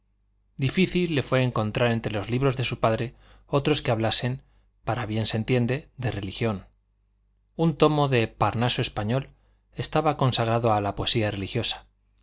difícil le fue encontrar entre los libros de su padre otros que hablasen para bien se entiende de religión un tomo del parnaso español estaba consagrado a la poesía religiosa